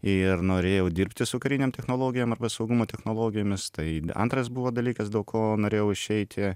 ir norėjau dirbti su karinėm technologijom arba saugumo technologijomis tai antras buvo dalykas daug ko norėjau išeiti